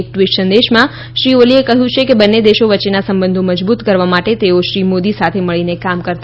એક ટ્વીટ સંદેશમાં શ્રી ઓલીએ કહ્યું છે કે બંને દેશો વચ્ચેના સંબંધો મજબૂત કરવા માટે તેઓ શ્રી મોદી સાથે મળીને કામ કરતાં રહેશે